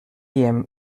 hem